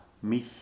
mich